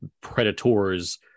Predator's